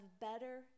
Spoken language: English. better